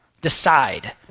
Decide